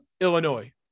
Illinois